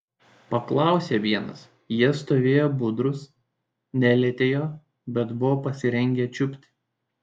paklausė vienas jie stovėjo budrūs nelietė jo bet buvo pasirengę čiupti